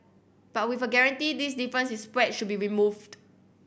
but with a guarantee this difference is spread should be removed